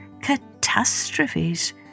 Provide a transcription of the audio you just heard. catastrophes